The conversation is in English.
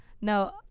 No